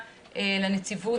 לנציבות,